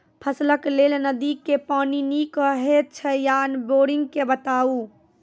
फसलक लेल नदी के पानि नीक हे छै या बोरिंग के बताऊ?